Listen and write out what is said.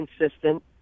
consistent